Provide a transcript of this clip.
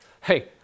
hey